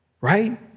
Right